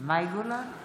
מאי גולן,